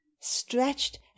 stretched